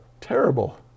Terrible